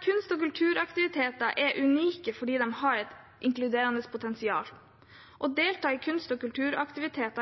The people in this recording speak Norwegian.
kulturaktiviteter